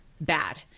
bad